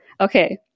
okay